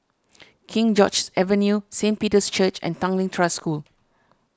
King George's Avenue Saint Peter's Church and Tanglin Trust School